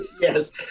Yes